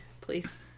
please